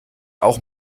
auch